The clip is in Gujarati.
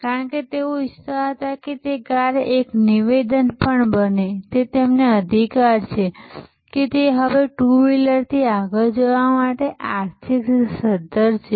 કારણ કે તેઓ ઇચ્છતા હતા કે તે કાર એક નિવેદન પણ બને કે તેમને અધિકાર છે કે તેઓ હવે ટુ વ્હીલરથી આગળ જવા માટે આર્થિક રીતે સદ્ધર છે